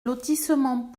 lotissement